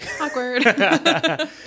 Awkward